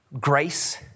grace